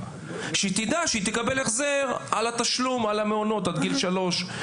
שתדע שהיא תקבל החזר על תשלום המעונות עד גיל שלוש.